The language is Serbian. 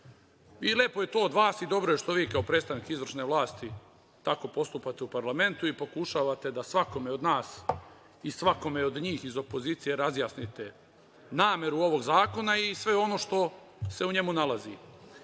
Lepo je to od vas i dobro je što vi kao predstavnik izvršne vlasti tako postupate u parlamentu i pokušavate da svakog od vas i svakome od njih iz opozicije razjasnite nameru ovog zakona i sve ono što se u njemu nalazi. Ali